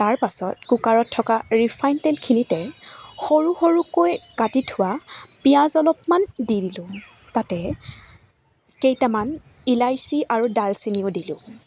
তাৰপাছত কুকাৰত থকা ৰিফাইন তেলখিনিতে সৰু সৰুকৈ কাটি থোৱা পিঁয়াজ অলপমান দি দিলোঁ তাতে কেইটামান ইলাচি আৰু ডালচেনিও দিলোঁ